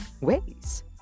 ways